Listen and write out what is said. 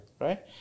right